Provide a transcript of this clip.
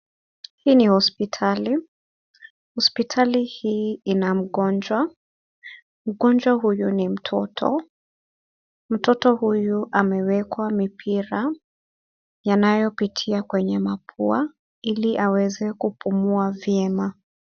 Hii ni hospitali, hospitali hii ina mgonjwa, mgonjwa huyo ni mtoto. Mtoto huyo amewekwa mipira yanayopita kwenye mapua ili aweze kupumua vyema.